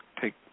take